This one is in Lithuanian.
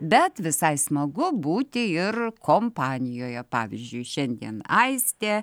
bet visai smagu būti ir kompanijoje pavyzdžiui šiandien aistė